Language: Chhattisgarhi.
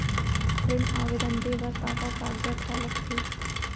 ऋण आवेदन दे बर का का कागजात ह लगथे?